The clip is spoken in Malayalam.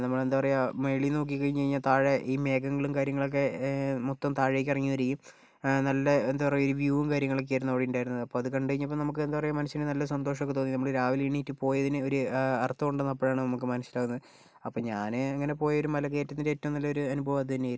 നമ്മൾ എന്താ പറയുക മുകളിൽ നിന്ന് നോക്കി കഴിഞ്ഞു കഴിഞ്ഞാൽ താഴെ ഈ മേഘങ്ങളും കാര്യങ്ങളൊക്കെ മൊത്തം താഴേക്ക് ഇറങ്ങി വരികയും നല്ല എന്താ പറയുക വ്യൂവും കാര്യങ്ങളൊക്കെ ആയിരുന്നു അവിടെ ഉണ്ടായിരുന്നത് അപ്പോൾ അത് കണ്ട് കഴിഞ്ഞപ്പോൾ നമുക്ക് എന്താ പറയുക മനസ്സിന് നല്ല സന്തോഷൊക്കെ തോന്നി നമ്മള് രാവിലെ എണീറ്റ് പോയതിനു ഒരു അർത്ഥം ഉണ്ടെന്ന് അപ്പോഴാണു നമുക്ക് മനസ്സിലാവുന്നത് അപ്പം ഞാന് ഇങ്ങനെ പോയൊരു മല കയറ്റത്തിൻ്റെ ഏറ്റവും നല്ലൊരു അനുഭവം അതുതന്നെ ആയിരുന്നു